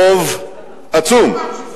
ברוב עצום,